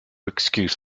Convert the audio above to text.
excuse